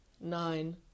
nine